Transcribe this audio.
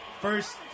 First